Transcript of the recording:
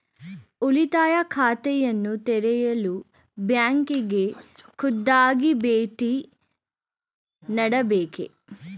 ಉಳಿತಾಯ ಖಾತೆಯನ್ನು ತೆರೆಯಲು ಬ್ಯಾಂಕಿಗೆ ಖುದ್ದಾಗಿ ಭೇಟಿ ನೀಡಬೇಕೇ?